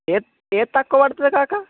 ఎద్ ఏది తక్కువ పడుతుంది కాకా